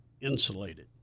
insulated